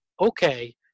okay